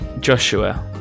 Joshua